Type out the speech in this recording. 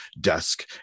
desk